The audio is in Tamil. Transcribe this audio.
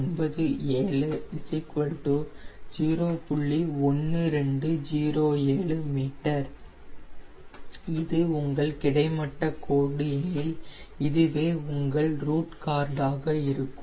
1207 m இது உங்கள் கிடைமட்டக் கோடு எனில் இதுவே உங்கள் ரூட் கார்டாக இருக்கும்